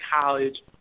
College